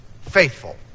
faithful